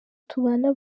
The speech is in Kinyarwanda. tubana